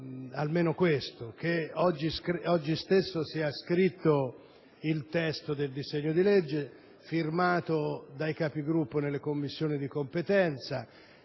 Chiedo, però, che oggi stesso sia scritto il testo del disegno di legge, che sia firmato dai Capigruppo nelle Commissioni di competenza,